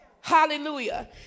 Hallelujah